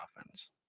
offense